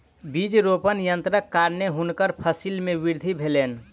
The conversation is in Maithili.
बीज रोपण यन्त्रक कारणेँ हुनकर फसिल मे वृद्धि भेलैन